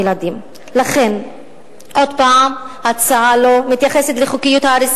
אם לא אלפי הילדים שיעמדו בשבוע הבא,